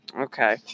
Okay